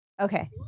okay